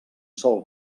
sol